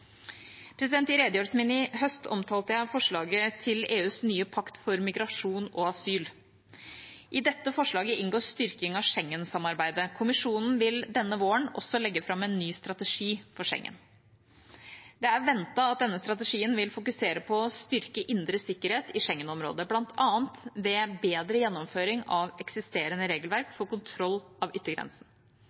I redegjørelsen min i høst omtalte jeg forslaget til EUs nye pakt for migrasjon og asyl. I dette forslaget inngår styrking av Schengen-samarbeidet. Kommisjonen vil denne våren også legge fram en ny strategi for Schengen. Det er ventet at denne strategien vil fokusere på å styrke indre sikkerhet i Schengen-området, bl.a. ved bedre gjennomføring av eksisterende regelverk for kontroll av yttergrensen.